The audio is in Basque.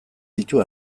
ditu